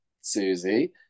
Susie